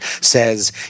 says